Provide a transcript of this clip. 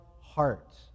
heart